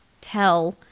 tell